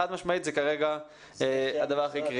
חד משמעית זה כרגע הדבר הכי קריטי.